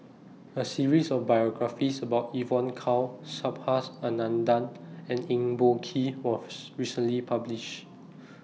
A series of biographies about Evon Kow Subhas Anandan and Eng Boh Kee was recently published